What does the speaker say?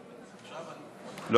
לא,